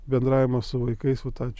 bendravimas su vaikais vat ačiū